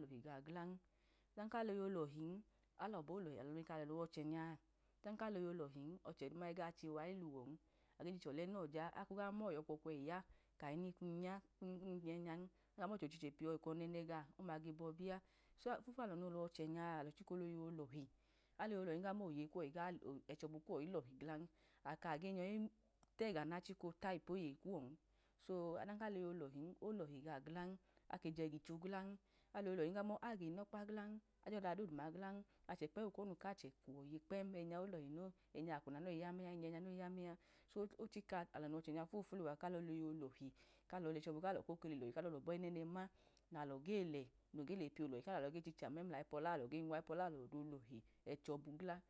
lọhi gan, aloyeyi olọlin, alọ lowaochẹnya, ọdan ka loyeyi ololi ọba dudu igaluwọn. Age achiche ọlẹnọ ja a, ako ga mọya ọkwọkwẹyi ya kahini un ya, kum ge, nya, aga mọchẹ ochichẹ piyọ o̱nọnẹn, ọma bọbi a, ofiyẹ kpem alọ nowachẹnya alọ cika doyeyi olọhe, aloyeyi, olọhi kamọ oyeyikuwọ, ẹchọbu kuwọ iya lọhi glan, aka ge nyọyi tega nachika ipu ayeyi kuwọn. So ọdan ka loyeyi olọlin, olọli gọ glan, ake jẹ gitro glan, aloyeyi kamọ agunọkpa glan, ayọda dodu ma glan, achẹ kpẹm okomu kachẹ kwo̱yiye kpẹm ẹnya olọhi no, ẹnya akwuna nọyi ya, mẹan, ẹnyẹ nya no yọyi ya mẹ an, so ochika alọ nowachẹnya fufulu a ka loyeyi olohi, kalọ, lẹchọbu kalọkole lo̱hi kalọ lọba ẹnẹnẹ ma, nalọ ge lẹ noge le piya olọli, ge nwayipu ọlalọ ọda olọli ẹchọbu glan.